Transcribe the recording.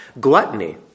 Gluttony